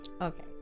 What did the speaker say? Okay